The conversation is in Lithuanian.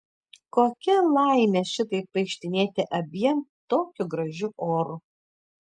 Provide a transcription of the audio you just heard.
kokia laimė šitaip vaikštinėti abiem tokiu gražiu oru